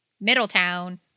Middletown